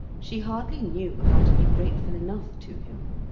she hardly knew how to be grateful enough to him.